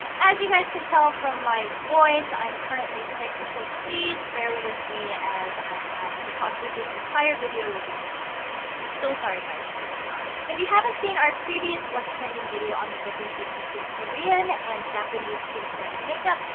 as you guys can tell from my voice, i'm currently sick. so please bear with me as i have to talk through this entire video with the congested voice. i'm so sorry guys, so so sorry. if you haven't seen our previous what's trending video on the differences between korean and japanese? skincare and makeup,